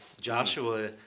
Joshua